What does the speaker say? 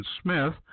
smith